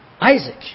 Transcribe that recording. Isaac